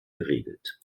geregelt